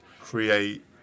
create